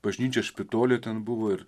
bažnyčia špitolė ten buvo ir